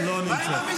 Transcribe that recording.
מה עם המזוודות,